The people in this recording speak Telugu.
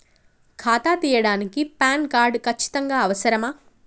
ఖాతా తీయడానికి ప్యాన్ కార్డు ఖచ్చితంగా అవసరమా?